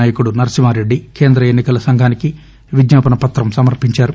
నాయకుడు నరసింహారెడ్డి కేంద్ర ఎన్నికల సంఘానికి విజ్ఞాపన పత్రం సమర్పించారు